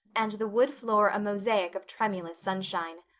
and the wood floor a mosaic of tremulous sunshine.